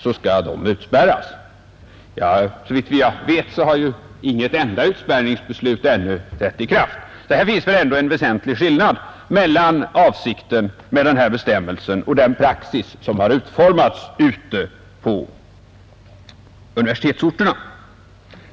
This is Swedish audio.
Såvitt jag vet har inget enda utspärrningsbeslut ännu trätt i kraft. Detta visar ändå en stor skillnad mellan avsikten med denna bestämmelse och den praxis som har utformats på universitetsorterna.